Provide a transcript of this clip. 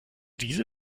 diese